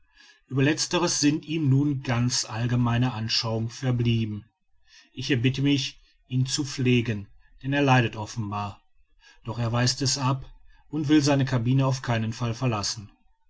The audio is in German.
ueber letzteres sind ihm nur ganz allgemeine anschauungen verblieben ich erbiete mich ihn zu pflegen denn er leidet offenbar doch er weist es ab und will seine cabine auf keinen fall verlassen